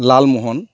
Lalmohan